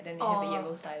oh